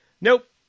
Nope